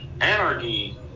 Anarchy